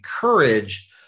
courage